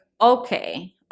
okay